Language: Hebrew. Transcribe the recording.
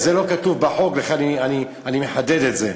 זה לא כתוב בחוק, ואני מחדד את זה.